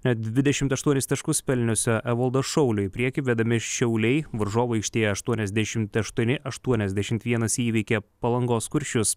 net dvidešimt aštuonis taškus pelniusio evaldo šaulio į priekį vedami šiauliai varžovai aikštėje aštuoniasdešimt aštuoni aštuoniasdešimt vienas įveikė palangos kuršius